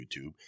YouTube